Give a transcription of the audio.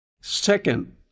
Second